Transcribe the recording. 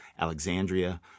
Alexandria